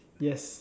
yes